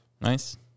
Nice